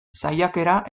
saiakera